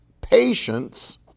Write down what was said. patience